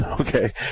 okay